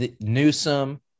Newsom